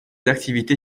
activités